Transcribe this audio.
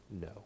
no